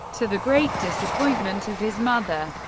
to the great disappointment of his mother.